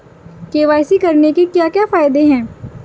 KYC करने के क्या क्या फायदे हैं?